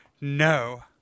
no